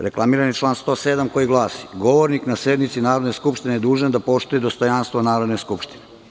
Reklamiran je član 107. koji glasi: „Govornik na sednici Narodne skupštine dužan je da poštuje dostojanstvo Narodne skupštine.